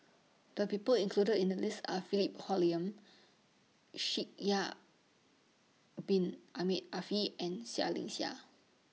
The People included in The list Are Philip Hoalim Shaikh Yahya Bin Ahmed Afifi and Seah Liang Seah